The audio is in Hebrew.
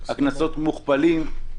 הקנסות מוכפלים.